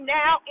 now